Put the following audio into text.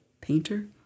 painter